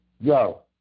Yo